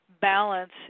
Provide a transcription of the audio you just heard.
Balance